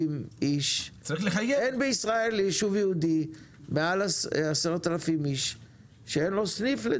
אין בישראל ישוב יהודי עם יותר מ-10,000 תושבים שאין לו סניף בנק,